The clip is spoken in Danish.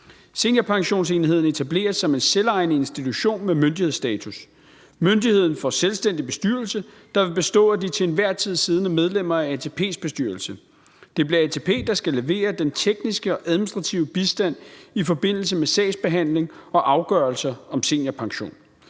Seniorpensionsenheden etableres som en selvejende institution med myndighedsstatus. Myndigheden får en selvstændig bestyrelse, der vil bestå af de til enhver tid siddende medlemmer af ATP's bestyrelse. Det bliver ATP, der skal levere den tekniske og administrative bistand i forbindelse med sagsbehandling og afgørelser om seniorpension.